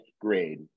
grade